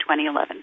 2011